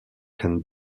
can